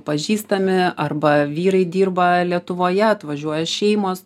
pažįstami arba vyrai dirba lietuvoje atvažiuoja šeimos